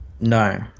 No